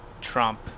Trump